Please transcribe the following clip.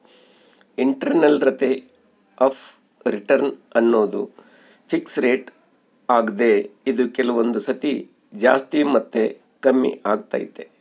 internal rate of return ಅನ್ನೋದು fix rate ಆಗ್ದೆ ಇದು ಕೆಲವೊಂದು ಸತಿ ಜಾಸ್ತಿ ಮತ್ತೆ ಕಮ್ಮಿಆಗ್ತೈತೆ